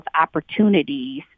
opportunities